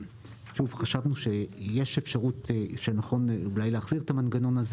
חשבנו שיש אפשרות שנכון אולי להחליף את המנגנון הזה